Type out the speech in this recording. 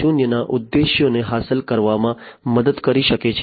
0 ના ઉદ્દેશ્યોને હાંસલ કરવામાં મદદ કરી શકે છે